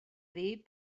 dir